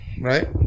Right